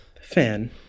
fan